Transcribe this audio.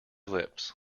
lips